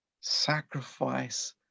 Sacrifice